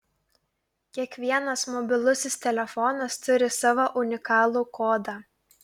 kiekvienas mobilusis telefonas turi savo unikalų kodą